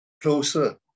closer